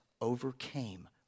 overcame